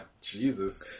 Jesus